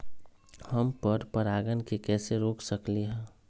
हम पर परागण के कैसे रोक सकली ह?